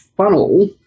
Funnel